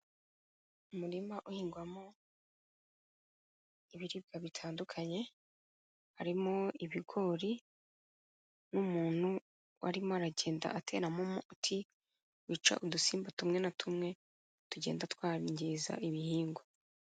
Umurima uhingwamo ibiribwa bitandukanye, harimo ibigori n'umuntu arimo aragenda ateramo umuuti wica udusimba tumwe na tumwe tugenda twangiza ibihingwa.